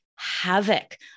havoc